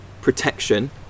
protection